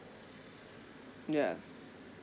ya